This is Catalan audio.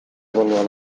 avaluar